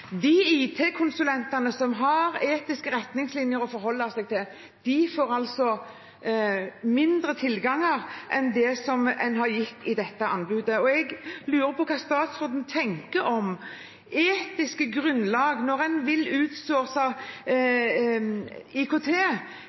De IT-konsulentene som har etiske retningslinjer å forholde seg til, får altså mindre tilgang enn det man har gitt i dette anbudet. Jeg lurer på hva statsråden tenker om etisk grunnlag når en vil utsource IKT.